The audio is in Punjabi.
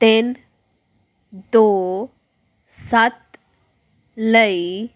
ਤਿੰਨ ਦੋ ਸੱਤ ਲਈ